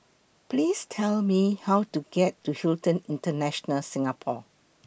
Please Tell Me How to get to Hilton International Singapore